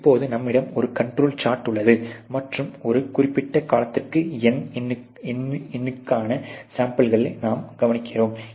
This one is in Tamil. இப்போது நம்மிடம் ஒரு கண்ட்ரோல் சார்ட் உள்ளது மற்றும் ஒரு குறிப்பிட்ட காலத்திற்கு n எண்ணுக்கான சாம்பிள்களை நாம் கவனிக்கிறோம்